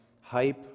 hype